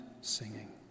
singing